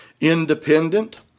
independent